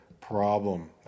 problem